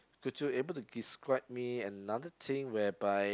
would you able to describe me another thing whereby